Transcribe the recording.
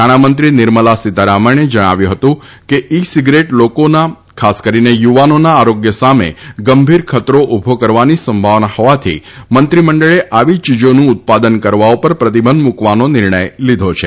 નાણામંત્રી નિર્મલા સીતારામને જણાવ્યું હતું કે ઇ સીગરેટ લોકોના ખાસ કરીને યુવાનોના આરોગ્ય સામે ગંભીર ખતરો ઉભો કરવાની સંભાવના હોવાથી મંત્રીમં ળે આવી ચીજાનું ઉત્પાદન કરવા ઉપર પ્રતિબંધ મુકવાનો નિર્ણય લીધો છે